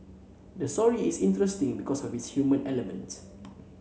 the story is interesting because of its human element